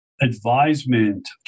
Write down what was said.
advisement